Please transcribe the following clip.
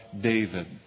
David